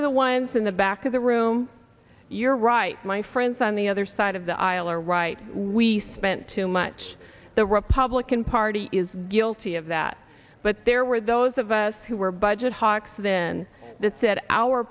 of the ones in the back of the room you're right my friends on the other side of the aisle are right we spent too much the republican party is guilty of that but there were those of us who were budget hawks then that said our